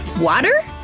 water?